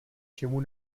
čemu